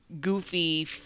goofy